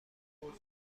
بود